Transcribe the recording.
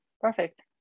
Perfect